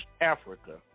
Africa